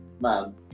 man